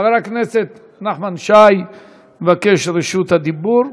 חבר הכנסת נחמן שי מבקש רשות הדיבור.